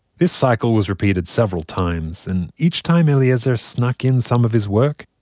this cycle was repeated several times. and each time eliezer snuck in some of his work,